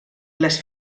les